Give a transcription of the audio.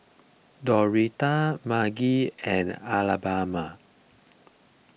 Doretta Margy and Alabama